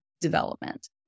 development